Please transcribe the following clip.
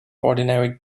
ordinary